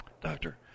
Doctor